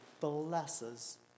blesses